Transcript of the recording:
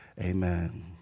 Amen